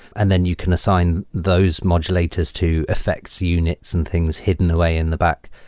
and then you can assign those modulators to effects unit, some things hidden away in the back.